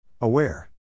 Aware